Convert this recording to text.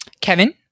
kevin